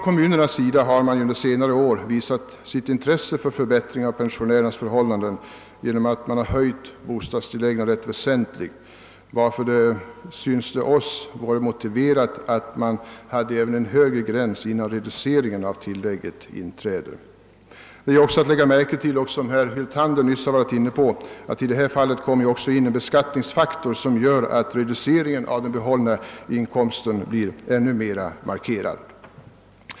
Kommunerna har under senare år visat sitt intresse för en förbättring av pensionärernas förhållanden genom väsentligt höjda bostadstillägg, varför det enligt vår mening vore motiverat med en högre gräns innan reduceringen av bostadstillägget inträder. Det är också att lägga märke till att i detta fall även en beskattningsfaktor kommer in i bilden — herr Hyltander var inne på detta — som gör att reduceringen av den behållna inkomsten blir ännu mer markerad.